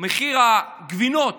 מחיר הגבינות